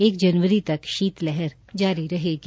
एक जनवरी तक शीत लहर जारी रहेगी